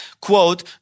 quote